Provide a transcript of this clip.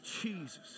Jesus